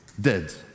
dead